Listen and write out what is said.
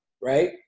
right